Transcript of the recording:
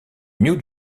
new